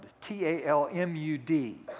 T-A-L-M-U-D